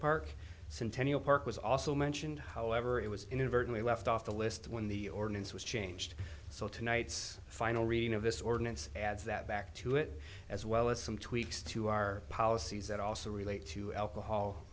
park centennial park was also mentioned however it was inadvertently left off the list when the ordinance was changed so tonight's final reading of this ordinance adds that back to it as well as some tweaks to our policies that also relate to alcohol